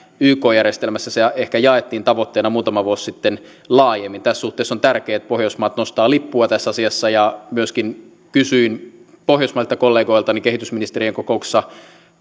yk järjestelmässä ehkä jaettiin tavoitteena muutama vuosi sitten laajemmin tässä suhteessa on tärkeää että pohjoismaat nostavat lippua tässä asiassa myöskin kysyin pohjoismaisilta kollegoiltani kehitysministerien kokouksessa